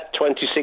26